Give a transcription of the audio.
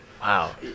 Wow